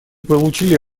получили